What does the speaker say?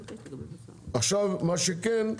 עכשיו, מה שכן,